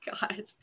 God